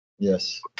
Yes